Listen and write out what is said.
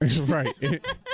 right